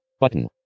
Button